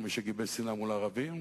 ומי שגיבש שנאה מול ערבים,